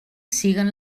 siguen